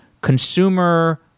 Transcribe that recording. consumer